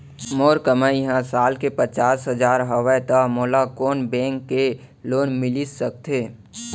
मोर कमाई ह साल के पचास हजार हवय त मोला कोन बैंक के लोन मिलिस सकथे?